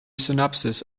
synopsis